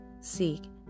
seek